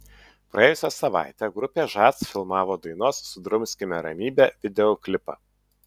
praėjusią savaitę grupė žas filmavo dainos sudrumskime ramybę videoklipą